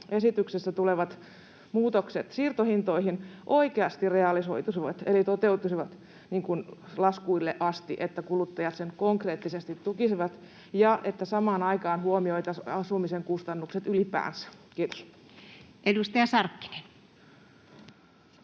esityksessä tulevat muutokset siirtohintoihin oikeasti realisoituisivat eli toteutuisivat laskuihin asti, että ne konkreettisesti tukisivat kuluttajia, ja että samaan aikaan huomioitaisiin asumisen kustannukset ylipäänsä. — Kiitos. Edustaja Sarkkinen. Arvoisa